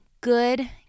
good